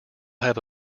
have